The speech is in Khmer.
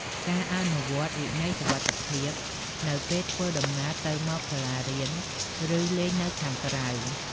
ការអនុវត្តវិន័យសុវត្ថិភាពនៅពេលធ្វើដំណើរទៅមកសាលារៀន ឬលេងនៅខាងក្រៅ។